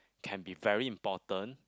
can be very important